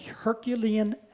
Herculean